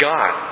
God